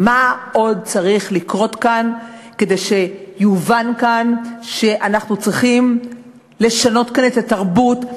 מה עוד צריך לקרות כדי שיובן שאנחנו צריכים לשנות כאן את התרבות,